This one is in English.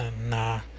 nah